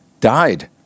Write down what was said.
died